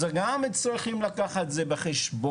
אז גם צריכים לקחת את זה בחשבון.